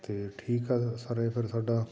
ਅਤੇ ਠੀਕ ਆ ਸਰ ਇਹ ਫਿਰ ਸਾਡਾ